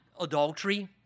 adultery